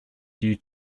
due